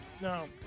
no